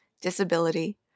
disability